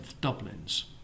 Dublins